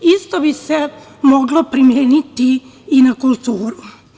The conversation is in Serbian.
Isto bi se moglo primeniti i na kulturu.